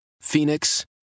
Phoenix